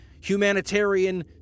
humanitarian